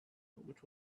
which